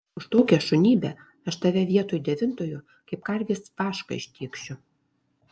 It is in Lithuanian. už tokią šunybę aš tave vietoj devintojo kaip karvės vašką ištėkšiu